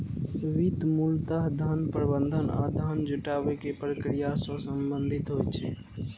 वित्त मूलतः धन प्रबंधन आ धन जुटाबै के प्रक्रिया सं संबंधित होइ छै